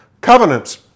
covenants